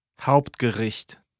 Hauptgericht